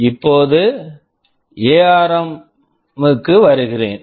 இப்போது ARM ARM க்கு வருகிறேன்